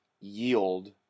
yield